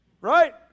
right